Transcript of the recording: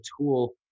tool